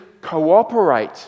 cooperate